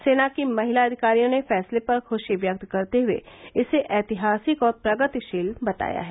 सेना की महिला अधिकारियों ने फैसले पर खुशी व्यक्त करते हुए इसे ऐतिहासिक और प्रगतिशील बताया है